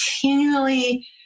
continually